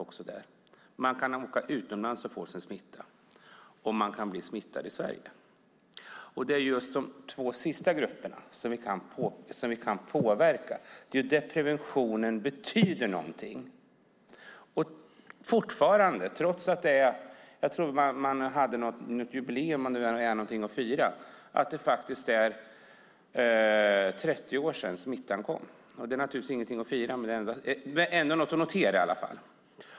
De andra är att man kan åka utomlands och få sin smitta och att man kan bli smittad i Sverige. Det är just de två sista grupperna som vi kan påverka. Det är där preventionen betyder någonting. Jag tror att man hade något jubileum, om det här nu är någonting att fira, men att det faktiskt är 30 år sedan smittan kom. Det är naturligtvis ingenting att fira men ändå något att notera.